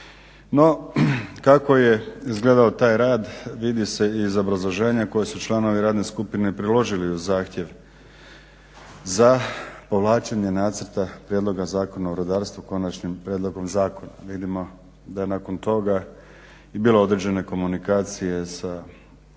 No, kako je izgledao taj rad vidi se i iz obrazloženja koje su članovi radne skupine predložili uz zahtjev za povlačenje Nacrta prijedloga zakona o rudarstvu konačnim prijedlogom zakona. Vidimo da je i nakon toga i bilo određene komunikacije sa tom